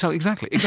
so exactly. yeah